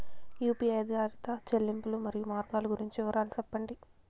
UPI ఆధారిత చెల్లింపులు, మరియు మార్గాలు గురించి వివరాలు సెప్పండి?